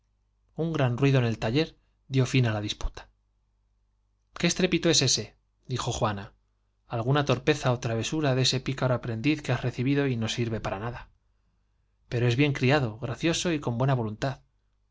un gran ruido en el taller dió fin á la disputa qué estrépito es ese dijo juana alguna torpeza ó travesura de ese pícaro aprendiz que has recibido y no sirve para nada pero es bien criado gracioso y con buena volun